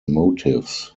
motives